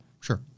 sure